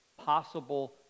possible